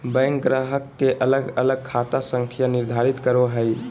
bank ग्राहक के अलग अलग खाता संख्या निर्धारित करो हइ